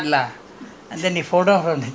so it was the one my brother I think